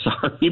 sorry